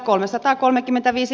siis kuntia